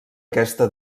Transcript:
aquesta